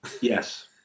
Yes